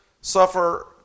suffer